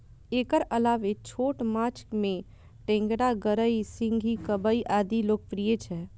एकर अलावे छोट माछ मे टेंगरा, गड़ई, सिंही, कबई आदि लोकप्रिय छै